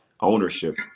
ownership